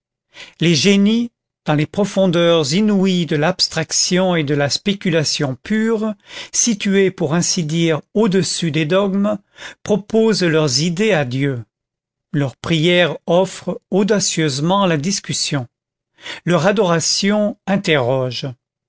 les génies dans les profondeurs inouïes de l'abstraction et de la spéculation pure situés pour ainsi dire au-dessus des dogmes proposent leurs idées à dieu leur prière offre audacieusement la discussion leur adoration interroge